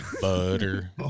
Butter